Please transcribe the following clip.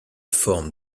forme